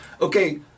okay